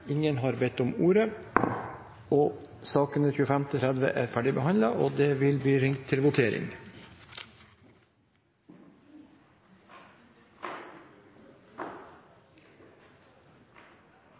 Ingen har bedt om ordet. Det vil bli ringt til votering.